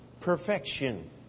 perfection